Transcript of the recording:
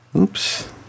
Oops